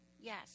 Yes